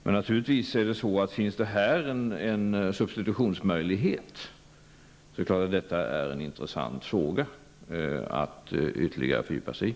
Men finns här en substitutionsmöjlighet är det självfallet en intressant fråga att ytterligare fördjupa sig i.